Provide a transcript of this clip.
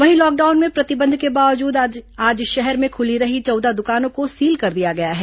वहीं लॉकडाउन में प्रतिबंध के बावजूद आज शहर में खुली रही चौदह दुकानों को सील कर दिया गया है